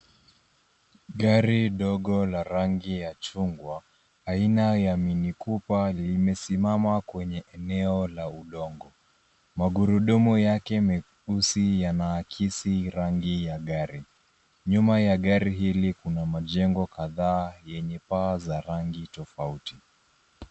Gari ndogo la rangi ya chungwa, aina ya Mini copper limesimama kwenye eneo la udongo .Magurudumu yake meusi, yanaakisi rangi ya gari. Nyuma ya gari hili kuna majengo kadhaa yenye paa za rangi tofauti.